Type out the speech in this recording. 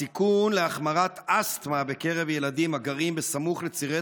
הסיכון להחמרת אסתמה בקרב ילדים הגרים סמוך לצירי